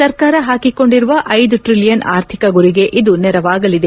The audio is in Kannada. ಸರಕಾರ ಹಾಕಿಕೊಂಡಿರುವ ಐದು ಟ್ರಲಿಯನ್ ಆರ್ಥಿಕ ಗುರಿಗೆ ಇದು ನೆರವಾಗಲಿದೆ